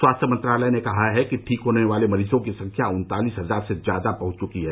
स्वास्थ्य मंत्रालय ने कहा है कि ठीक होने वाले मरीजों की संख्या उन्तालीस हजार से ज्यादा पहुंच गई है